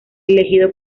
elegido